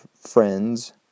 friends